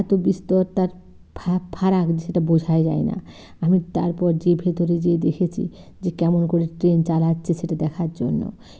এত বিস্তর তার ফা ফারাক সেটা বোঝাই যায় না আমি তারপর যে ভেতরে যেয়ে দেখেছি যে কেমন করে ট্রেন চালাচ্ছে সেটা দেখার জন্য